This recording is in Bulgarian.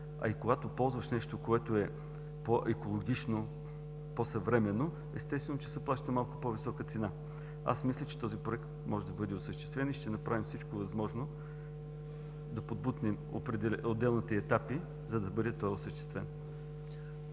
Когато ползваш нещо, което е по-екологично, по-съвременно, естествено, че се плаща малко по-висока цена. Мисля, че този Проект може да бъде осъществен и ще направим всичко възможно да подбутнем отделните етапи, за да бъде той осъществен.